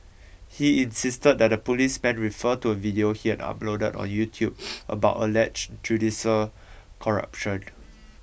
he insisted that the policemen refer to a video he had uploaded on YouTube about alleged judicial corruption